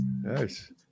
nice